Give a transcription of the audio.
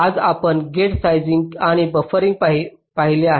आज आपण gate sizing आणि बफरिंग पाहिले आहे